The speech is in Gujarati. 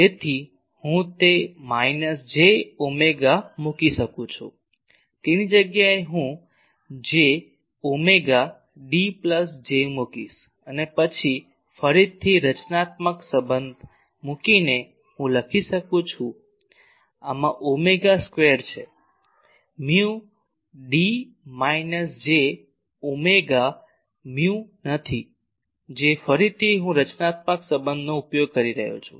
તેથી હું તે માઈનસ J ઓમેગા મૂકી શકું છું તેની જગ્યાએ હું j omega D plus J મૂકીશ અને પછી ફરીથી રચનાત્મક સંબંધ મૂકીને હું લખી શકું છું આમાં ઓમેગા સ્ક્વેર છે mu D minus j omega mu નથી જે ફરીથી હું રચનાત્મક સંબંધનો ઉપયોગ કરી રહ્યો છું